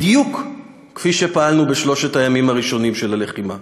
בדיוק כפי שפעלנו בשלושת הימים הראשונים של הלחימה.